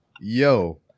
Yo